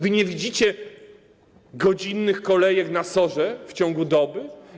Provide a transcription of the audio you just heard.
Wy nie widzicie godzinnych kolejek na SOR-ze w ciągu doby?